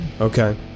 Okay